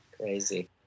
Crazy